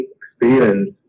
experience